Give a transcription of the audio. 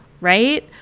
right